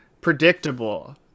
predictable